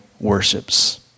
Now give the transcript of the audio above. worships